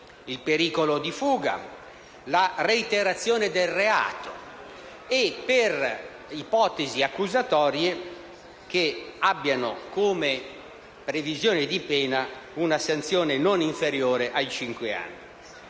il pericolo di fuga, la reiterazione del reato e per ipotesi accusatorie che abbiano come previsione di pena una sanzione non inferiore ai cinque anni.